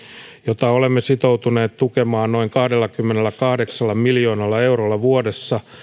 jota olemme sitoutuneet tukemaan noin kahdellakymmenelläkahdeksalla miljoonalla eurolla vuodessa